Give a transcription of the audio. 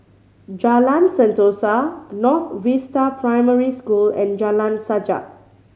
Jalan Sentosa North Vista Primary School and Jalan Sajak